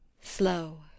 Slow